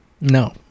No